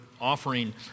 offering